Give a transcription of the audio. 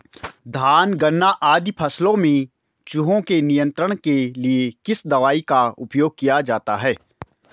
धान गन्ना आदि फसलों में चूहों के नियंत्रण के लिए किस दवाई का उपयोग किया जाता है?